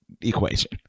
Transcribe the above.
equation